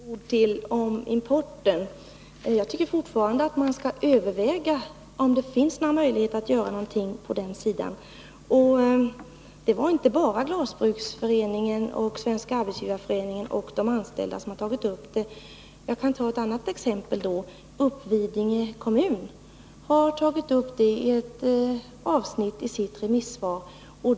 Herr talman! Bara några ord till om importen. Jag tycker fortfarande att man skall överväga om det finns någon möjlighet att göra någonting på den sidan. Det är inte bara Glasbruksföreningen, Svenska arbetsgivareföreningen och de anställda som har tagit upp denna fråga. Jag kan anföra ett annat exempel: Uppvidinge kommun har tagit upp frågan i ett avsnitt i sitt remissvar.